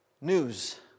news